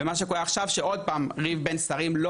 ומה שקורה עכשיו זה שעוד פעם ריב בין שרים לא